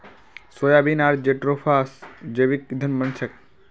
soybean आर jatropha स जैविक ईंधन बन छेक